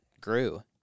grew